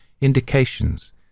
indications